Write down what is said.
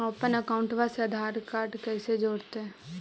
हमपन अकाउँटवा से आधार कार्ड से कइसे जोडैतै?